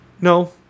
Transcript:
No